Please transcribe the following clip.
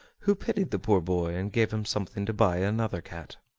who pitied the poor boy, and gave him something to buy another cat.